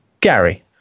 Gary